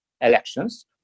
elections